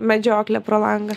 medžioklę pro langą